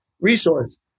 resource